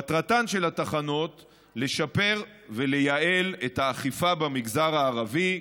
מטרתן של התחנות לשפר ולייעל את האכיפה במגזר הערבי,